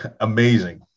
amazing